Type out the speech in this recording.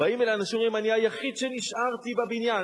באים אלי אנשים ואומרים: אני היחיד שנשארתי בבניין,